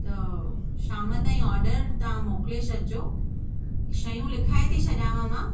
त शाम ताईं ऑर्डरु तव्हां मोकिले छॾिॼो शयूं लिखाए थी छॾियांव मां